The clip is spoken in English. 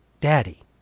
Daddy